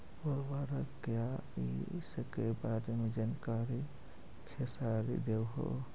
उर्वरक क्या इ सके बारे मे जानकारी खेसारी देबहू?